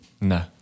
No